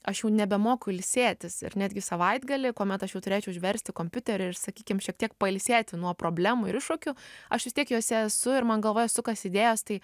aš jau nebemoku ilsėtis ir netgi savaitgalį kuomet aš jau turėčiau užversti kompiuterį ir sakykim šiek tiek pailsėti nuo problemų ir iššūkių aš vis tiek jose esu ir man galvoj sukasi idėjos tai